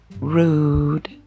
rude